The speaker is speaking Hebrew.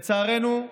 לצערנו,